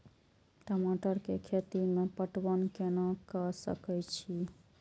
टमाटर कै खैती में पटवन कैना क सके छी?